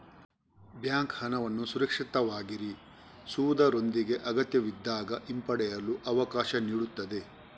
bank ಹಣವನ್ನು ಸುರಕ್ಷಿತವಾಗಿರಿಸುವುದರೊಂದಿಗೆ ಅಗತ್ಯವಿದ್ದಾಗ ಹಿಂಪಡೆಯಲು ಅವಕಾಶ ನೀಡುತ್ತದೆ